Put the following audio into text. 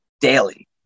daily